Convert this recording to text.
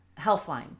Healthline